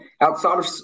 Outside